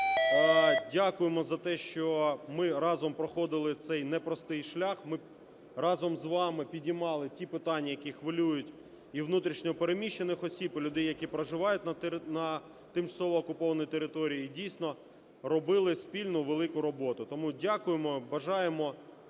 Дякуємо за те, що ми разом проходили цей непростий шлях. Ми разом з вами піднімали ті питання, які хвилюють і внутрішньо переміщених осіб, і людей, які проживають на тимчасово окупованій території, дійсно робили спільну велику роботу. Тому дякуємо. Бажаємо